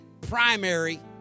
primary